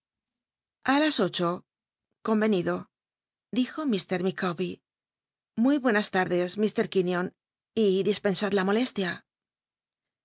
a las ocho comcnid o dijo lllt llicawbcr muy buenas lardes lt quinion y di pensad la molestia